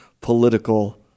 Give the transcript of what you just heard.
political